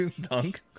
dunk